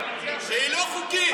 שהיא לא חוקית.